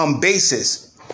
basis